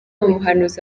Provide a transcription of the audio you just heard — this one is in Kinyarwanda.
umuhanzi